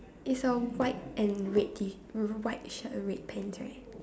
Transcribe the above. it's a white and red tee with a white shirt and red pants right